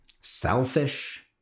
selfish